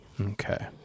Okay